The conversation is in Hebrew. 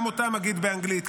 גם אותם אגיד באנגלית,